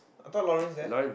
I thought Laurance there